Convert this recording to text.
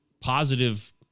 positive